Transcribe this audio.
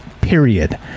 Period